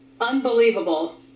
unbelievable